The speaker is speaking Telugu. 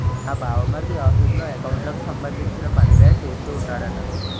నా బావమరిది ఆఫీసులో ఎకౌంట్లకు సంబంధించిన పనులే చేస్తూ ఉంటాడట